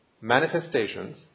manifestations